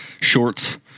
shorts